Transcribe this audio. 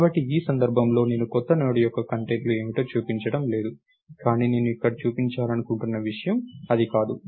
కాబట్టి ఈ సందర్భంలో నేను కొత్త నోడ్ యొక్క కంటెంట్లు ఏమిటో చూపించడం లేదు కానీ నేను ఇక్కడ చెప్పాలనుకుంటున్న విషయం అది కాదు